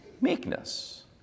meekness